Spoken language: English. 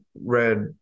read